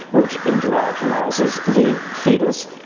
which androgenizes the fetus.